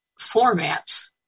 formats